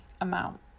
amount